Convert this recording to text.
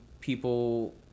people